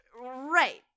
Right